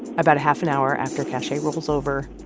about a half an hour after cache rolls over,